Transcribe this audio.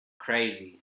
Crazy